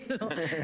כאילו.